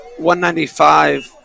195